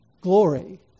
glory